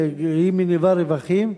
והיא מניבה רווחים.